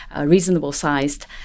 reasonable-sized